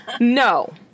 No